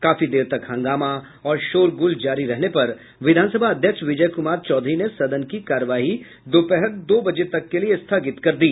काफी देर तक हंगामा और शोरगुल जारी रहने पर विधानसभा अध्यक्ष विजय कुमार चौधरी ने सदन की कार्यवाही दोपहर दो बजे तक के लिये स्थगित कर दी